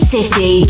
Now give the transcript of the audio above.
City